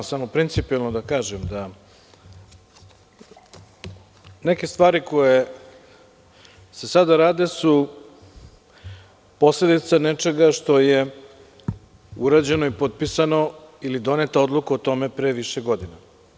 Samo principijalno da kažem da neke stvari koje se sada rade su posledica nečega što je urađeno i potpisano ili je doneta odluka o tome pre više godina.